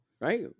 right